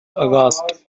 aghast